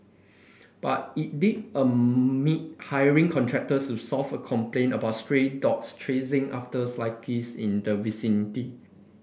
but it did admit hiring contractors to solve a complaint about stray dogs chasing after cyclist in the vicinity